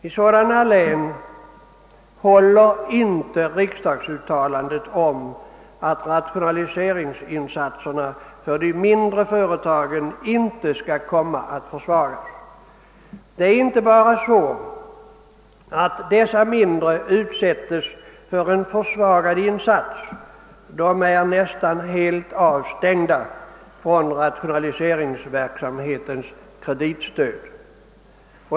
I sådana län håller inte riksdagsuttalandet om att rationaliseringsinsatserna för Åtgärder för att åstadkomma bärkraftiga och effektiva familjejordbruk de mindre företagen inte skall komma att försvagas. Det är inte bara fråga om att dessa mindre utsätts för en försvagad insats — de är nästan helt avstängda från rationaliseringsverksamhetens kreditstöd.